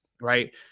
right